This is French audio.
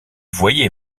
voyait